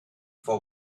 for